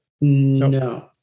no